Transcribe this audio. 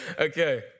Okay